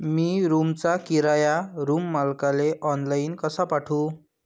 मी रूमचा किराया रूम मालकाले ऑनलाईन कसा पाठवू?